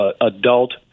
adult